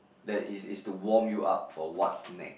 that is is to warm you up for what's next